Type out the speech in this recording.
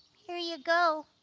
here you go.